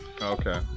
Okay